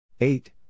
Eight